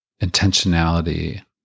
intentionality